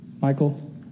Michael